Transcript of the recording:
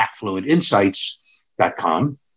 AffluentInsights.com